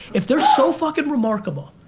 if they're so fuckin' remarkable,